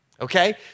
okay